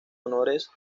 honores